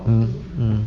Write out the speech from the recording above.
mm mm